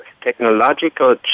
technological